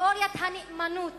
תיאוריית הנאמנות